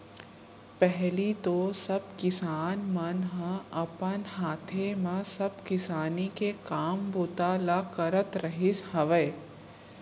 पहिली तो सब किसान मन ह अपन हाथे म सब किसानी के काम बूता ल करत रिहिस हवय